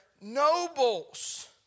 nobles